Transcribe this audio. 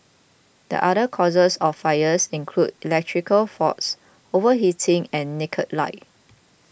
the other causes of fires include electrical faults overheating and naked light